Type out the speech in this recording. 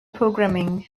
programming